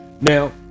Now